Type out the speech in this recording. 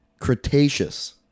Cretaceous